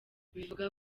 bivuga